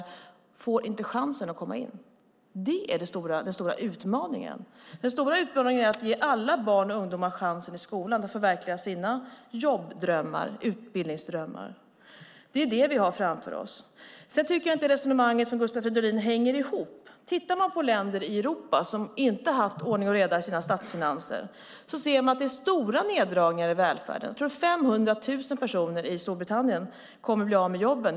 De får inte chansen att komma in. Det är den stora utmaningen. Den stora utmaningen är att ge alla barn och ungdomar chansen i skolan och chansen att förverkliga sina jobbdrömmar och utbildningsdrömmar. Det är det vi har framför oss. Jag tycker inte att Gustav Fridolins resonemang hänger ihop. Om man tittar på länder i Europa som inte har haft ordning och reda i sina statsfinanser ser man att det är stora neddragningar i välfärden. 500 000 personer i Storbritannien kommer att bli av med jobben.